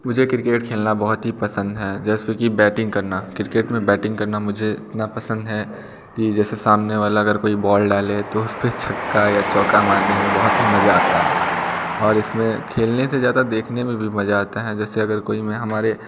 मुझे क्रिकेट खेलना बहुत ही पसंद हैं जैसे कि बैटिंग करना क्रिकेट में बैटिंग करना मुझे इतना पसंद है कि सामने वाला अगर कोई बॉल डाले तो उसपे छक्का या चौका मरने में बहुत ही मज़ा आता है और इसमें खेलने से ज़्यादा देखने मे भी मज़ा आता हैं जैसे अगर कोई में हमारे